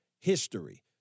history